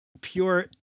pure